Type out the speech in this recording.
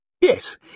Yes